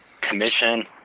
commission